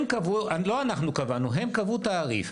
הם קבעו, לא אנחנו קבענו, הם קבעו תעריף.